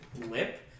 lip